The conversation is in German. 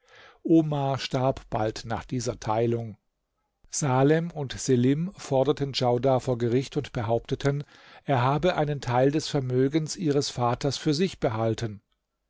omar starb bald nach dieser teilung salem und selim forderten djaudar vor gericht und behaupteten er habe einen teil des vermögens ihres vaters für sich behalten